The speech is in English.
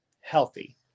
healthy